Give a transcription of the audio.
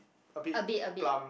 a bit a bit